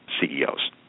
CEOs